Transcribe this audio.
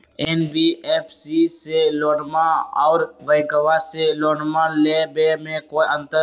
NBFC से लोनमा आर बैंकबा से लोनमा ले बे में कोइ अंतर?